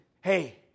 hey